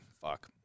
Fuck